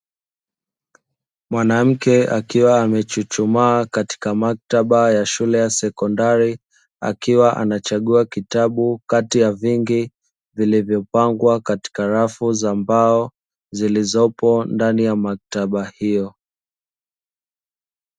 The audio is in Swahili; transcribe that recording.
Mwanamke akiwa amechuchumaa katika maktaba ya shule ya sekondari akiwa anachagua kitabu kati ya vingi vilivyopangwa katika rafu za mbao zilizopo ndani ya maktaba hiyo.